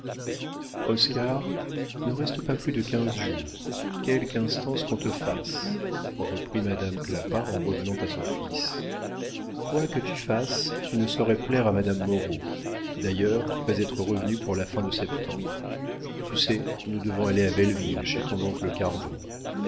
oscar ne reste pas plus de quinze jours quelque instance qu'on te fasse reprit madame clapart en revenant à son fils quoi que tu fasses tu ne saurais plaire à madame moreau d'ailleurs tu dois être revenu pour la fin de septembre tu sais nous devons aller à belleville chez ton oncle cardot